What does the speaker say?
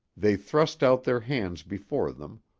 they thrust out their hands before them,